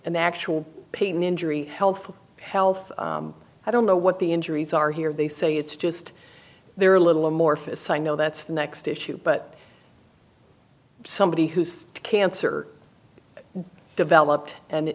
m actual pain injury health health i don't know what the injuries are here they say it's just they're a little amorphous so i know that's the next issue but somebody who's cancer developed and